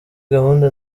gahunda